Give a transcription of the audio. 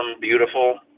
beautiful